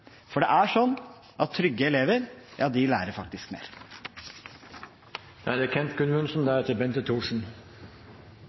for det er sånn at trygge elever faktisk lærer